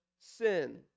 sin